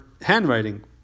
Handwriting